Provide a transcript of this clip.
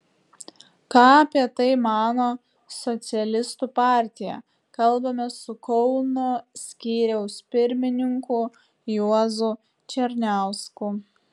ką apie tai mano socialistų partija kalbamės su kauno skyriaus pirmininku juozu černiausku